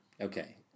okay